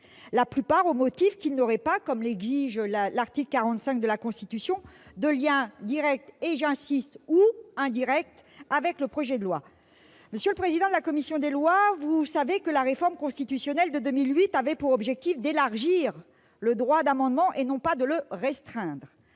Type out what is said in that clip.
elles au motif que ces derniers n'auraient pas, comme l'exige l'article 45 de la Constitution, de lien direct ou, j'y insiste, indirect avec le projet de loi. Monsieur le président de la commission des lois, vous savez que la réforme constitutionnelle de 2008 avait pour objet d'élargir le droit d'amendement, et non pas de le restreindre.